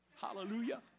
Hallelujah